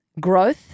Growth